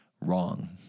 Wrong